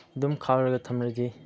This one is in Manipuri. ꯑꯗꯨꯝ ꯈꯥꯛꯂꯒ ꯊꯝꯂꯗꯤ